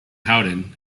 howden